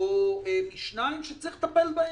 או משניים שצריך לטפל בהם,